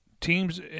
teams